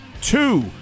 two